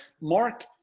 Mark